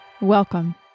Welcome